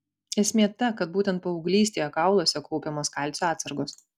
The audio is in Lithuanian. esmė ta kad būtent paauglystėje kauluose kaupiamos kalcio atsargos